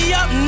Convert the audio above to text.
up